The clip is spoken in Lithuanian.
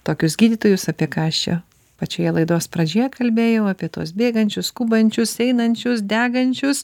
tokius gydytojus apie ką aš čia pačioje laidos pradžioje kalbėjau apie tuos bėgančius skubančius einančius degančius